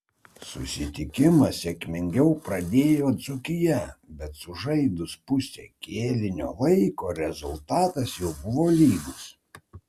susitikimą sėkmingiau pradėjo dzūkija bet sužaidus pusę kėlinio laiko rezultatas jau buvo lygus